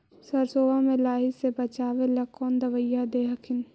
सरसोबा मे लाहि से बाचबे ले कौन दबइया दे हखिन?